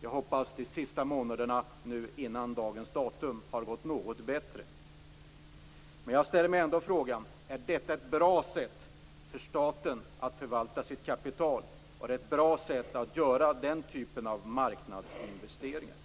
Jag hoppas att de senaste månaderna fram till dagens datum har gått något bättre. Jag ställer mig ändå frågan: Är detta ett bra sätt för staten att förvalta sitt kapital och ett bra sätt att göra den typen av marknadsinvesteringar?